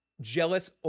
jealous